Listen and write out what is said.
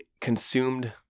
consumed